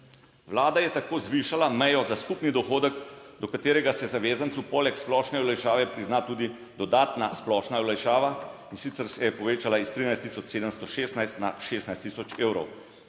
Vlada je tako zvišala mejo za skupni dohodek, do katerega se zavezancu poleg splošne olajšave prizna tudi dodatna splošna olajšava, in sicer se je povečala iz 13716 na 16000 evrov